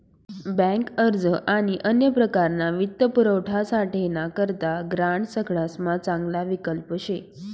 bank अर्ज आणि अन्य प्रकारना वित्तपुरवठासाठे ना करता ग्रांड सगडासमा चांगला विकल्प शे